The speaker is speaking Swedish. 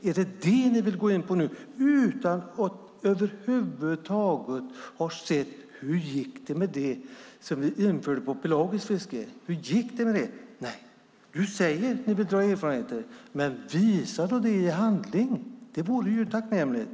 Är det vad ni nu vill gå in på utan att över huvud taget har sett hur det gick med det som vi införde på pelagiskt fiske? Du säger att ni vill dra erfarenheter. Men visa det då i handling. Det vore tacknämligt.